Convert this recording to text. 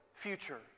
future